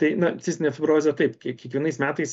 tai na cistinė fibrozė taip kiek kiekvienais metais